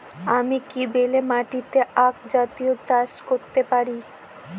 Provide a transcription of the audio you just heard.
আমি কি বেলে মাটিতে আক জাতীয় চাষ করতে পারি?